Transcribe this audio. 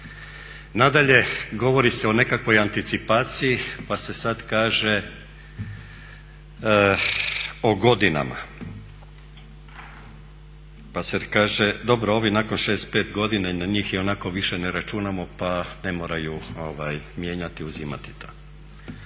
Nadalje, govori se o nekakvoj anticipaciji pa se sad kaže o godinama. Pa sad kaže, dobro ovih nakon 65 godina na njih ionako više ne računamo pa ne moraju mijenjati i uzimati.